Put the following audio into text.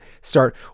start